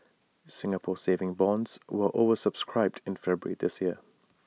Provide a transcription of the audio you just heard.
Singapore saving bonds were over subscribed in February this year